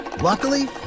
Luckily